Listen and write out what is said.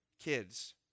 kids